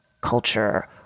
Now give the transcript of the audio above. culture